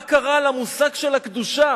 מה קרה למושג של הקדושה?